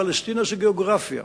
פלשתינה זה גיאוגרפיה,